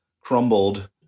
crumbled